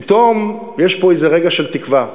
פתאום יש פה איזה רגע של תקווה,